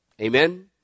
Amen